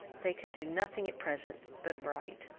they could do nothing at present but write.